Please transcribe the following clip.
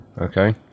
Okay